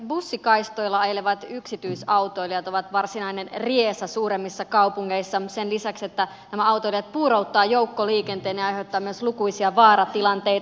bussikaistoilla ajelevat yksityisautoilijat ovat varsinainen riesa suuremmissa kaupungeissa sen lisäksi että nämä autoilijat puurouttavat joukkoliikenteen ja aiheuttavat myös lukuisia vaaratilanteita